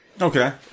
Okay